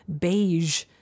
beige